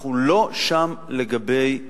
אנחנו לא שם לגבי